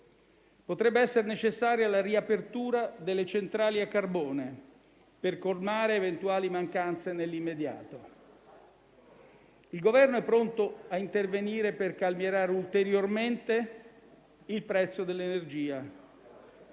Potrebbe essere necessaria la riapertura delle centrali a carbone, per colmare eventuali mancanze nell'immediato. Il Governo è pronto a intervenire per calmierare ulteriormente il prezzo dell'energia,